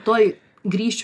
tuoj grįšiu